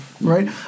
right